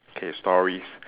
okay stories